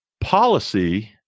Policy